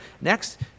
Next